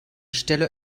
stelle